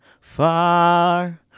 far